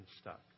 stuck